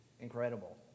Incredible